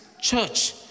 church